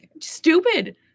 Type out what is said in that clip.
stupid